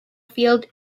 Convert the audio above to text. field